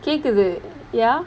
கேக்குது:kekkuthu ya